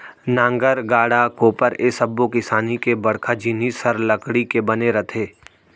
नांगर, गाड़ा, कोपर ए सब्बो किसानी के बड़का जिनिस हर लकड़ी के बने रथे